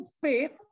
faith